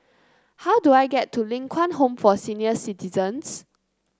how do I get to Ling Kwang Home for Senior Citizens